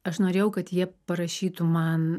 aš norėjau kad jie parašytų man